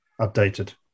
updated